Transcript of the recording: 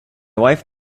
wife